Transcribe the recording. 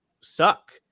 suck